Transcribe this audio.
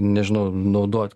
nežinau naudot